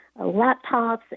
laptops